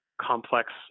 complex